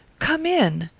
come in.